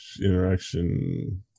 interaction